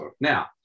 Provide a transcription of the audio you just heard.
Now